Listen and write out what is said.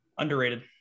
Underrated